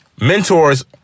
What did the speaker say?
Mentors